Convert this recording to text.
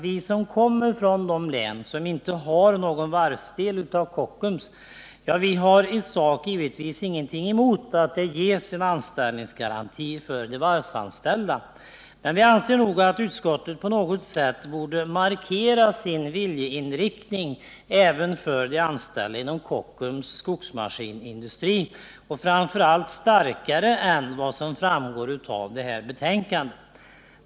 Vi som kommer från län som inte har någon varvsdel av Kockums har givetvis i sak ingenting emot att en sådan anställningsgaranti ges de varvsanställda. Men vi anser nog att utskottet på något sätt, och framför allt starkare än vad som framgår av betänkandet, bör markera sin viljeinriktning även för de anställda inom Kockums skogsmaskinsindustri.